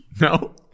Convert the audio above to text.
No